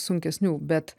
sunkesnių bet